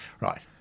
Right